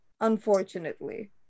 unfortunately